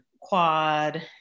quad